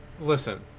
Listen